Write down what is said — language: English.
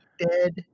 dead